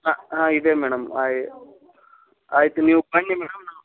ಹಾಂ ಹಾಂ ಇದೆ ಮೇಡಮ್ ಹಾಂ ಆಯಿತು ನೀವು ಬನ್ನಿ ಮೇಡಮ್ ನಾವು